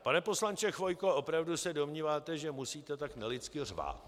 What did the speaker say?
Pane poslanče Chvojko, opravdu se domníváte, že musíte tak nelidsky řvát?